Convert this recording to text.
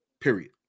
period